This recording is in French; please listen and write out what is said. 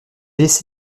laissé